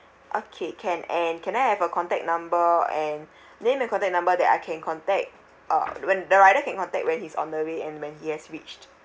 okay can and can I have a contact number and then in the number that I can contact uh when the rider can contact when he's on the way and when he has reached